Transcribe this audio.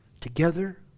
together